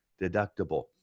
deductible